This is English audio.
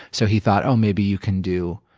so he thought, oh, maybe you can do,